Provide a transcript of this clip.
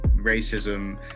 racism